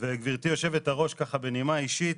וגברתי יושבת הראש, ככה בנימה אישית,